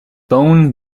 bone